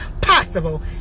possible